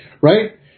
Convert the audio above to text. right